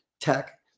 Tech